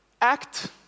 act